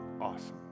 awesome